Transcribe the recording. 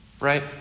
right